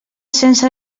sense